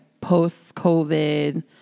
post-COVID